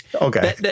Okay